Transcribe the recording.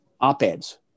op-eds